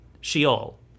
Sheol